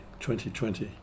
2020